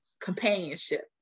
companionship